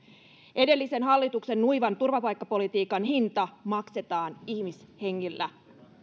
edellisen hallituksen nuivan turvapaikkapolitiikan hinta maksetaan ihmishengillä